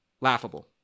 laughable